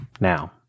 now